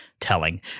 telling